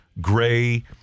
Gray